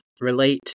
relate